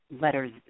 letters